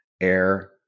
air